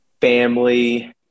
family